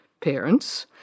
parents